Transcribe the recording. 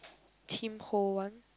Tim-Ho-Wan